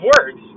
words